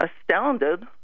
astounded